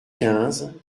quinze